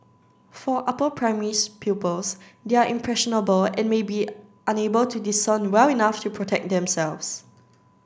for upper primary pupils they are impressionable and may be unable to discern well enough to protect themselves